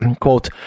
quote